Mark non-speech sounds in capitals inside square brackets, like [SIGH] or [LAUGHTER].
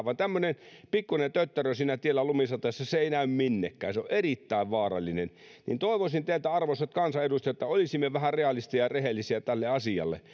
[UNINTELLIGIBLE] vaan tämmöinen pikkunen tötterö siinä tiellä lumisateessa ei näy minnekään se on erittäin vaarallinen toivoisin teiltä arvoisat kansanedustajat että olisimme vähän realisteja ja rehellisiä tälle asialle [UNINTELLIGIBLE]